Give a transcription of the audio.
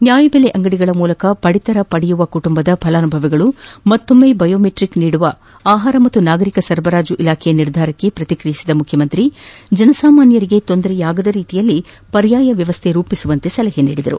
ನ್ಯಾಯ ಬೆಲೆ ಅಂಗಡಿಗಳ ಮೂಲಕ ಪದಿತರ ಪಡೆಯುವ ಕುಟುಂಬದ ಫಲಾನುಭವಿಗಳು ಮತ್ತೊಮ್ಮೆ ಬಯೋಮೆಟ್ರಿಕ್ ನೀಡುವ ಆಹಾರ ಮತ್ತು ನಾಗರಿಕ ಸರಬರಾಜು ಇಲಾಖೆಯ ನಿರ್ಧಾರಕ್ಕೆ ಪ್ರತಿಕ್ರಿಯಿಸಿದ ಮುಖ್ಯಮಂತ್ರಿ ಜನಸಾಮಾನ್ಯರಿಗೆ ತೊಂದರೆ ಆಗದ ರೀತಿಯಲ್ಲಿ ಪರ್ಯಾಯ ವ್ಯವಸ್ಥೆ ರೂಪಿಸುವಂತೆ ಸಲಹೆ ನೀಡಿದರು